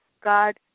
God